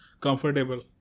comfortable